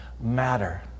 matter